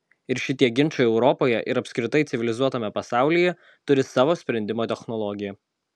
ir šitie ginčai europoje ir apskritai civilizuotame pasaulyje turi savo sprendimo technologiją